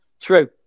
True